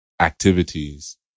activities